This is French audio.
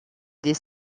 des